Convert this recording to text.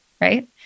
right